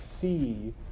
see